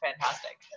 fantastic